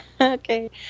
Okay